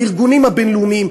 בארגונים הבין-לאומיים.